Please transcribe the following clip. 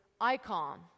icon